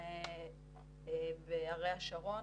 בערי השרון,